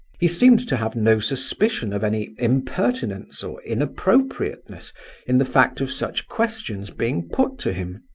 he seemed to have no suspicion of any impertinence or inappropriateness in the fact of such questions being put to him.